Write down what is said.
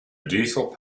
diesel